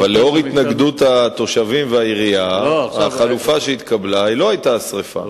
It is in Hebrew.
אבל לאור התנגדות התושבים והעירייה החלופה שהתקבלה לא היתה השרפה.